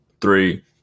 three